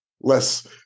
less